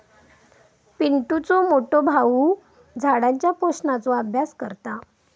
पिंटुचो मोठो भाऊ झाडांच्या पोषणाचो अभ्यास करता